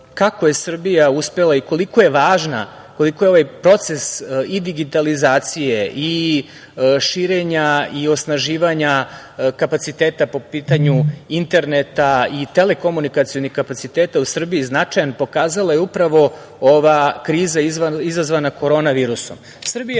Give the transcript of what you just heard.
kako je Srbija uspela i koliko je važna, koliko je ovaj proces i digitalizacije, i širenja i osnaživanja kapaciteta po pitanju interneta i telekomunikacionih kapaciteta u Srbiji značajan pokazala je upravo ova kriza izazvana korona virusom. Srbija